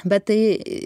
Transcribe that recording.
bet tai